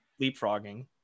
Leapfrogging